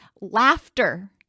Laughter